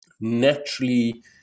naturally